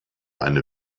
eine